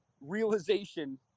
realization